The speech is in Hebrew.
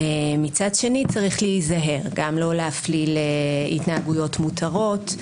ומצד שני צריך להיזהר גם לא להפליל התנהגויות מותרות,